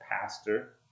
pastor